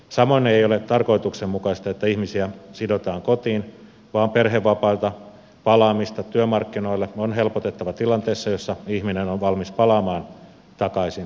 samoin ei ole tarkoituksenmukaista että ihmisiä sidotaan kotiin vaan perhevapailta palaamista työmarkkinoille on helpotettava tilanteessa jossa ihminen on valmis palaamaan takaisin työelämään